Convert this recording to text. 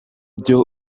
byo